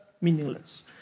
meaningless